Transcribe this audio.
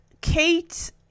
Kate